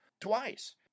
twice